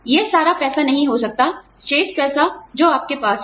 यह सारा पैसा नहीं हो सकता शेष पैसा जो आपके पास है